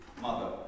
mother